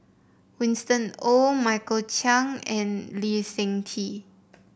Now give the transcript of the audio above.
Winston Oh Michael Chiang and Lee Seng Tee